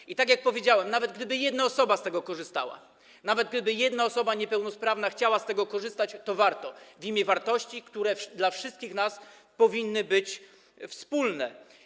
I tak jak powiedziałem, nawet gdyby jedna osoba z tego korzystała, nawet gdyby jedna osoba niepełnosprawna chciała z tego korzystać, to warto, w imię wartości, które dla wszystkich nas powinny być wspólne.